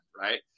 Right